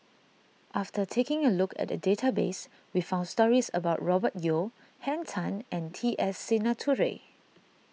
after taking a look at the database we found stories about Robert Yeo Henn Tan and T S Sinnathuray